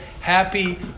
happy